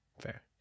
fair